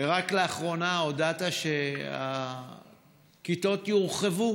רק לאחרונה הודעת שהכיתות יורחבו,